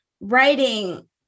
writing